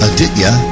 Aditya